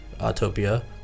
Autopia